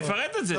שיפרט את זה.